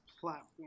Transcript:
platform